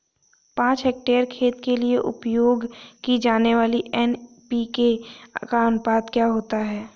पाँच हेक्टेयर खेत के लिए उपयोग की जाने वाली एन.पी.के का अनुपात क्या होता है?